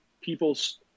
people's